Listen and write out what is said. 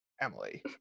Emily